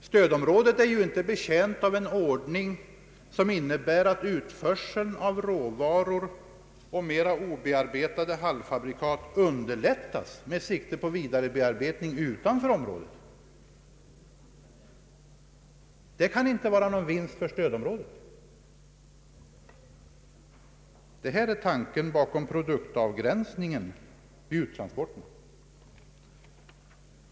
Stödområdet är inte betjänt av en ordning som innebär att utförsel av råvaror och mera obearbetade halvfabrikat underlättas med sikte på vidarebearbetning utanför området. Det kan inte vara någon vinst för stödområdet. Det är tanken bakom produktavgränsningen i uttransporterna.